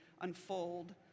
unfold